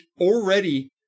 already